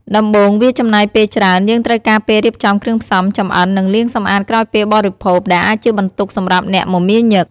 ដំបូង វាចំណាយពេលច្រើន យើងត្រូវការពេលរៀបចំគ្រឿងផ្សំ ចម្អិន និងលាងសម្អាតក្រោយពេលបរិភោគ ដែលអាចជាបន្ទុកសម្រាប់អ្នកមមាញឹក។